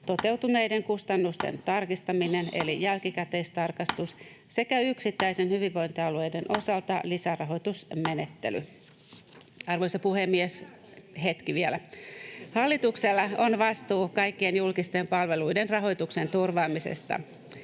toteutuneiden kustannusten tarkistaminen eli jälkikäteistarkistus sekä yksittäisen hyvinvointialueen osalta lisärahoitusmenettely. [Anne Kalmari: Pääseekö lääkäriin?] Arvoisa puhemies! Hetki vielä. — Hallituksella on vastuu kaikkien julkisten palveluiden rahoituksen turvaamisesta.